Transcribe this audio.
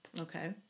Okay